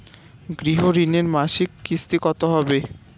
গৃহ ঋণের মাসিক কিস্তি কত হবে?